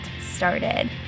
started